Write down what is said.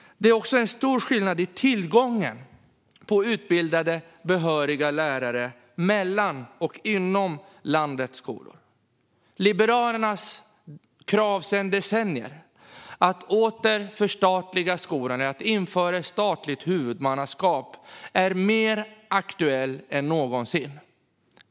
Det finns också stora skillnader i tillgången till utbildade, behöriga lärare mellan och inom landets skolor. Liberalernas krav sedan decennier, att återförstatliga skolan och införa ett statligt huvudmannaskap, är mer aktuellt än någonsin.